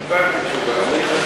קיבלתי תשובה.